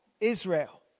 Israel